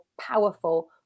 powerful